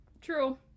True